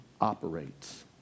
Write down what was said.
operates